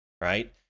right